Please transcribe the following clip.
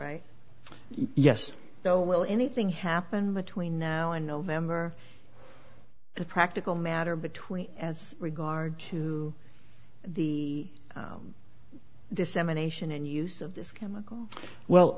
right yes so will anything happen between now and november the practical matter between as regards to the dissemination and use of this chemical